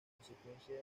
consecuencia